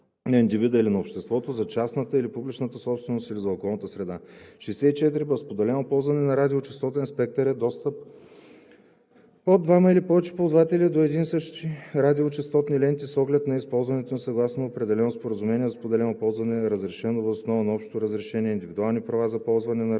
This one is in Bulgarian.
за частната или публичната собственост или за околната среда. 64б. „Споделено ползване на радиочестотен спектър“ е достъп от двама или повече ползватели до едни и същи радиочестотни ленти с оглед на използването им съгласно определено споразумение за споделено ползване, разрешено въз основа на общо разрешение, индивидуални права за ползване на